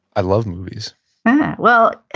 i love movies yeah. well,